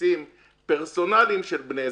בכרטיסים פרסונליים של בני זוג,